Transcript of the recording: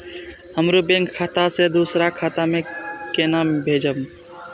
हमरो बैंक खाता से दुसरा खाता में केना भेजम?